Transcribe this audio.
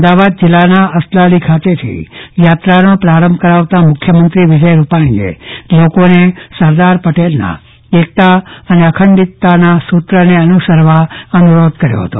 અમદાવાદ જીલ્લાના અસલાલી ખાતેથી યાત્રાનો પ્રારંભ કરાવતા મુખ્યમંત્રી શ્રી વિજય રુપાણીએ લોકોને સરદાર પટેલના એકતા અને અખંડિતતાના સુત્રને અનુસરવા અનુરોધ કર્યો હતો